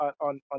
on